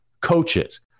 Coaches